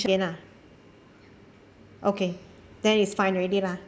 okay then it's fine already lah